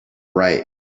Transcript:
right